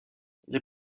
les